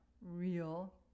real